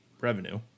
revenue